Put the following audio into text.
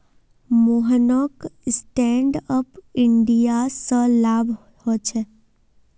मोहनक stand up India स लाभ ह छेक